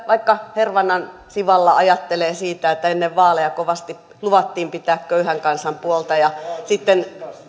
vaikka hervannan siwalla ajattelee siitä että ennen vaaleja kovasti luvattiin pitää köyhän kansan puolta ja sitten